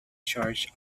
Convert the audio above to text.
church